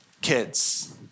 kids